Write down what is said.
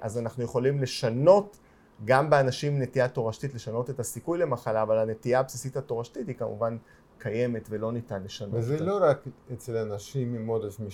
אז אנחנו יכולים לשנות, גם באנשים נטייה תורשתית, לשנות את הסיכוי למחלה, אבל הנטייה הבסיסית התורשתית היא כמובן קיימת ולא ניתן לשנות את זה. זה לא רק אצל אנשים עם עודף משקל